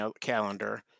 calendar